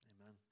amen